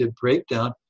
breakdown